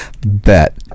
bet